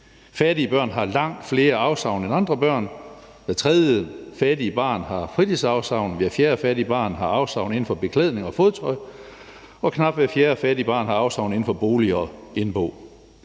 Fattige børn har langt flere afsavn end andre børn. Hver tredje fattige barn har fritidsafsavn, hver fjerde fattige barn har afsavn i forhold til beklædning og fodtøj, og knap hver fjerde fattige barn har afsavn i forhold til bolig og indbo.